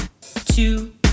two